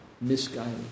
Misguided